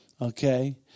okay